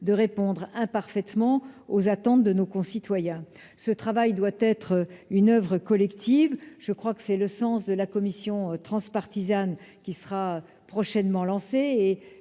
de répondre imparfaitement aux attentes de nos concitoyens. Ce travail doit être une oeuvre collective. Tel est le sens de la commission transpartisane qui sera prochainement instituée.